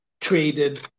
traded